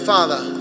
Father